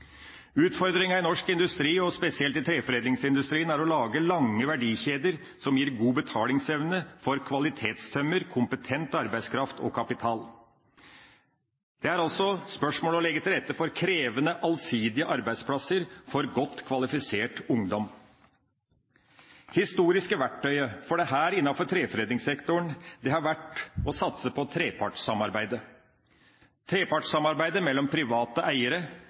i norsk industri, og spesielt i treforedlingsindustrien, er å lage lange verdikjeder som gir god betalingsevne for kvalitetstømmer, kompetent arbeidskraft og kapital. Det er altså spørsmål om å legge til rette for krevende allsidige arbeidsplasser for godt kvalifisert ungdom. Det historiske verktøyet for dette innenfor treforedlingssektoren har vært å satse på trepartssamarbeidet mellom private eiere,